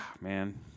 man